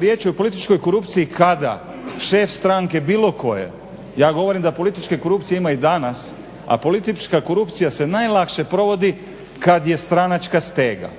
Riječ je o političkoj korupciji kada šef stranke bilo koje, ja govorim da političke korupcije ima i danas, a politička korupcija se najlakše provodi kad je stranačka stega